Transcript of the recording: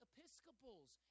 Episcopals